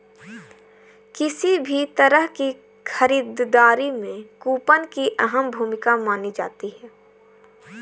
किसी भी तरह की खरीददारी में कूपन की अहम भूमिका मानी जाती है